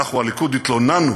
אנחנו, הליכוד, התלוננו